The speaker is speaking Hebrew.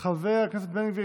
חבר הכנסת בן גביר,